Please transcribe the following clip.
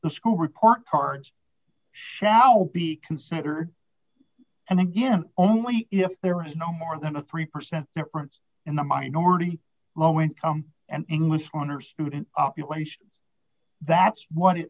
the school report cards shall be considered and again only if there is no more than a three percent difference in the minority low income and english one or student population that's what it